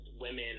women